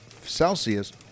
Celsius